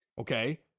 Okay